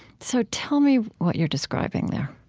so tell me what you're describing there